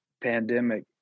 pandemic